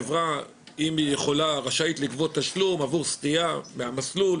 אם חברה יכולה היא רשאית לגבות תשלום עבור סטייה מהמסלול